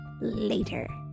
later